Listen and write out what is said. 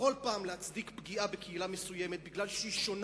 בכל פעם ניסו להצדיק פגיעה בקהילה מסוימת כי היא שונה,